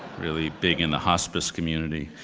really big in the hospice community.